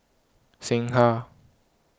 Singha